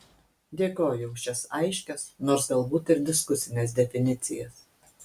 dėkoju už šias aiškias nors galbūt ir diskusines definicijas